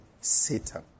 Satan